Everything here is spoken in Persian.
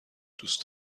دوست